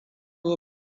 yi